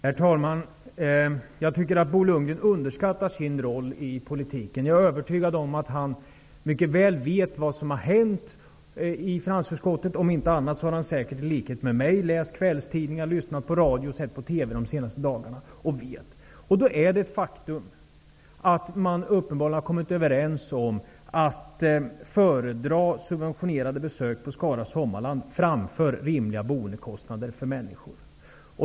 Herr talman! Jag tycker att Bo Lundgren underskattar sin roll i politiken. Jag är övertygad om att han mycket väl vet vad som har hänt i finansutskottet. Om inte annat så har han säkert i likhet med mig läst kvällstidningar, lyssnat på radio och sett på TV under de senaste dagarna och vet. Då är det ett faktum att man uppenbarligen har kommit överens om att föredra subventionerade besök på Skara sommarland framför rimliga boendekostnader för människor.